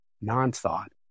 non-thought